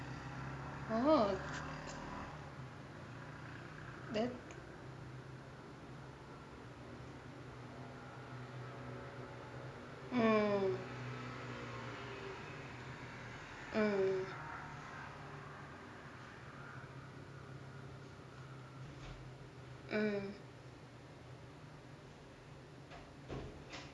oh